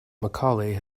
macaulay